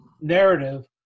narrative